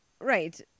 Right